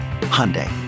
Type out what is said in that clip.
Hyundai